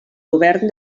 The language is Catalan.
govern